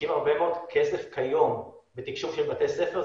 שמשקיעים הרבה מאוד כסף כיום בתקשוב של בית ספר,